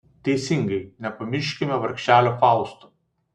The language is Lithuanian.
teisingai nepamirškime vargšelio fausto